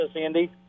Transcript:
Andy